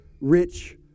rich